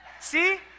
See